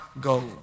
go